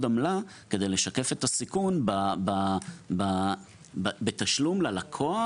עמלה כדי לשקף את הסיכון בתשלום ללקוח,